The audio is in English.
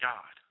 God